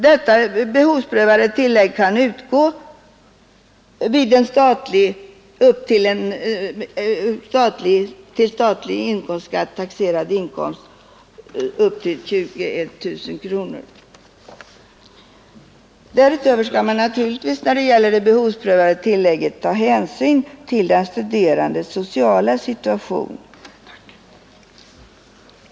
Det behovsprövade tillägget kan utgå vid en till statlig inkomstskatt taxerad inkomst av upp till 21 000 kronor. Därutöver skall man naturligtvis, när det gäller det behovsprövade tillägget, ta hänsyn till den studerandes sociala situation.